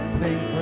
sing